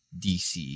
DC